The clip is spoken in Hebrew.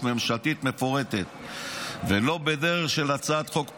ממשלתית מפורטת ולא בדרך של הצעת חוק פרטית.